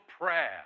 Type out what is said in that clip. prayer